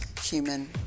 human